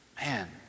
man